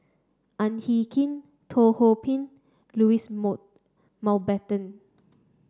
Ang Hin Kee Teo Ho Pin Louis Mountbatten